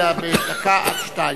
אלא בדקה עד שתיים.